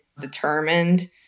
determined